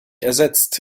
ersetzt